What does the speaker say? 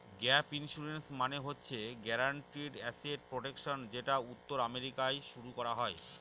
gap insurance মানে হচ্ছে guaranteed asset protection যেটা উত্তর আমেরিকায় শুরু করা হয়